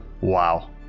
Wow